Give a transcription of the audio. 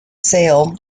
sale